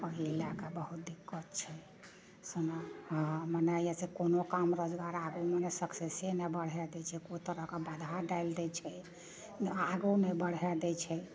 एहि लए कऽ बहुत दिक्कत छै हमरा हँ हँ मनायल जाइ छै कोनो काम रोजगार आदमी नहि सक्सेसे ने बढ़ए दै छै कोइ तरह कए बाधा डालि दै छै ओहाँ आगु नहि बढ़ए दै छै